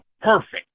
perfect